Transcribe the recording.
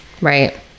Right